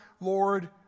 Lord